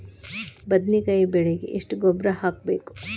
ಬದ್ನಿಕಾಯಿ ಬೆಳಿಗೆ ಎಷ್ಟ ಗೊಬ್ಬರ ಹಾಕ್ಬೇಕು?